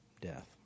death